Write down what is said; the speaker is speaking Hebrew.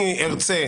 ארצה